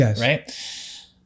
right